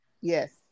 Yes